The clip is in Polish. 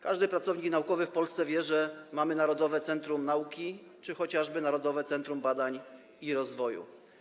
Każdy pracownik naukowy w Polsce wie, że mamy Narodowe Centrum Nauki czy chociażby Narodowe Centrum Badań i Rozwoju.